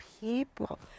people